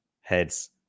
heads